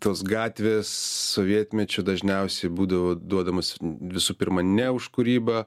tos gatvės sovietmečiu dažniausiai būdavo duodamos visų pirma ne už kūrybą